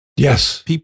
Yes